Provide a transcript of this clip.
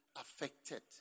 affected